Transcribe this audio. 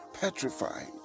petrified